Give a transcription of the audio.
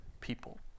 people